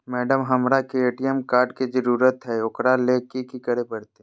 Madam, हमरा के ATM card के जरूरत है ऊकरा ले की की करे परते?